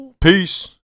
Peace